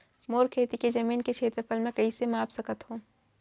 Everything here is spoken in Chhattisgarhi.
मोर खेती के जमीन के क्षेत्रफल मैं कइसे माप सकत हो?